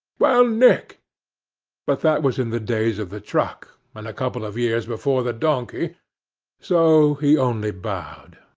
well, nick but that was in the days of the truck, and a couple of years before the donkey so, he only bowed.